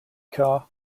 car